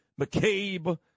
McCabe